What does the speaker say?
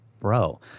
bro—